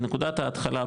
בנקודת ההתחלה,